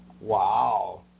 Wow